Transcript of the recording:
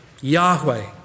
Yahweh